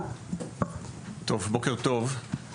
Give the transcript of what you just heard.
בוקר טוב.